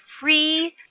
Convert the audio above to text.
free